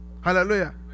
Hallelujah